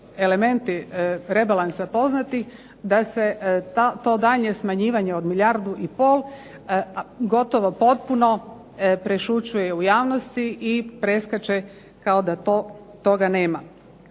elementi rebalansa poznati da se to daljnje smanjivanje od milijardu i pol gotovo potpuno prešućuje u javnosti i preskače kao da toga nema.